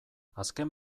azken